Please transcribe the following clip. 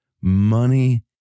money